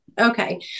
Okay